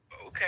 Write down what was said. Okay